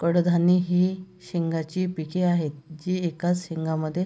कडधान्ये ही शेंगांची पिके आहेत जी एकाच शेंगामध्ये